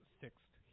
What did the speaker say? sixth